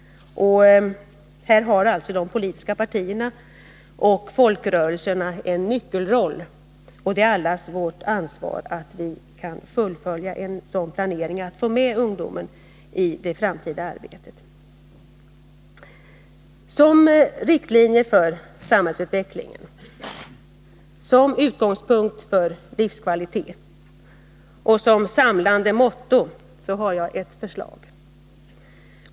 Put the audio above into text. Här har de politiska partierna och folkrörelserna en nyckelroll. Det är allas vårt ansvar att fullfölja en sådan planering att vi får med ungdomen i det framtida arbetet. Jag har ett förslag till riktlinje för samhällsutvecklingen, till utgångspunkt för livskvalitet och till samlande motto.